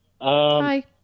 Hi